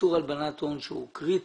איסור הלבנת הון שהוא קריטי?